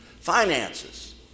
finances